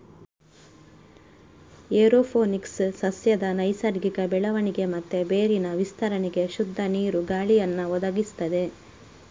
aeroponics ಸಸ್ಯದ ನೈಸರ್ಗಿಕ ಬೆಳವಣಿಗೆ ಮತ್ತೆ ಬೇರಿನ ವಿಸ್ತರಣೆಗೆ ಶುದ್ಧ ನೀರು, ಗಾಳಿಯನ್ನ ಒದಗಿಸ್ತದೆ